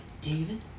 David